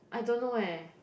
I don't know eh